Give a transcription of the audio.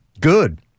Good